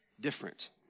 different